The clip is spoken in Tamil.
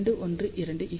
212 13